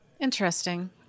Interesting